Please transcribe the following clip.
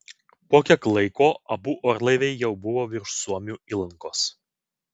po kiek laiko abu orlaiviai jau buvo virš suomių įlankos